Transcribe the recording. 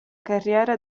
carriera